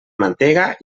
mantega